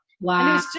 Wow